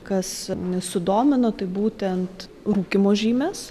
kas n sudomino tai būtent rūkymo žymės